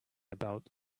about